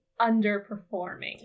underperforming